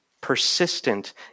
persistent